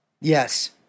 Yes